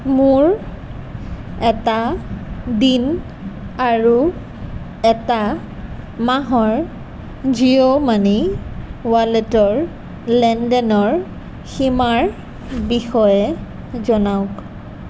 মোৰ এটা দিন আৰু এটা মাহৰ জিঅ' মানিৰ ৱালেটৰ লেনদেনৰ সীমাৰ বিষয়ে জনাওক